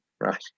right